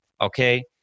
okay